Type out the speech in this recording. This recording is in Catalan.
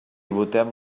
votem